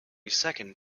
second